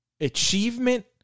achievement